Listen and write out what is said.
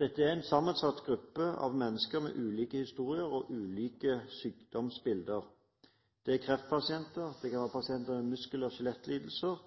Dette er en sammensatt gruppe av mennesker med ulike historier og ulike sykdomsbilder. Det er kreftpasienter, det kan være pasienter med muskel- og skjelettlidelser,